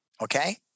okay